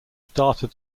started